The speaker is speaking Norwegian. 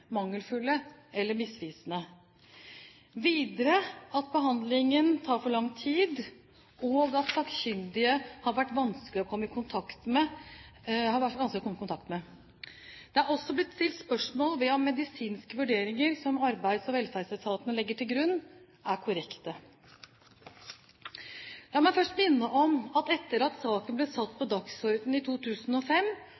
mangelfulle eller misvisende, videre at behandlingen tar for lang tid, og at sakkyndige har vært vanskelig å komme i kontakt med. Det er også blitt stilt spørsmål ved om de medisinske vurderingene som Arbeids- og velferdsetaten legger til grunn, er korrekte. La meg først minne om at etter at saken ble satt